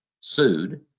sued